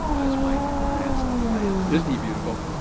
that's my grandson, lance. isn't he beautiful?